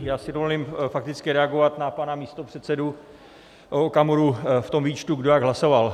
Já si dovolím fakticky reagovat na pana místopředsedu Okamuru v tom výčtu, kdo jak hlasoval.